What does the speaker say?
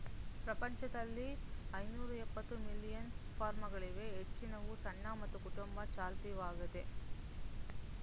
ಪ್ರಪಂಚದಲ್ಲಿ ಐನೂರಎಪ್ಪತ್ತು ಮಿಲಿಯನ್ ಫಾರ್ಮ್ಗಳಿವೆ ಹೆಚ್ಚಿನವು ಸಣ್ಣ ಮತ್ತು ಕುಟುಂಬ ಚಾಲಿತವಾಗಿದೆ